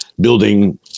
building